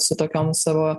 su tokiom savo